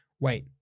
wait